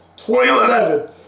2011